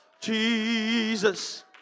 Jesus